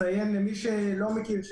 למי שלא מכיר,